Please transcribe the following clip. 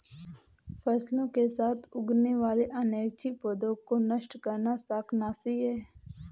फसलों के साथ उगने वाले अनैच्छिक पौधों को नष्ट करना शाकनाशी है